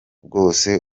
bwose